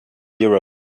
europe